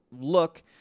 look